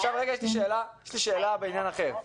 יש לי שאלה בעניין אחר.